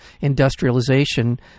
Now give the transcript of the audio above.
industrialization